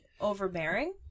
overbearing